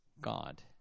God